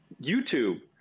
YouTube